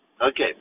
Okay